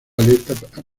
alerta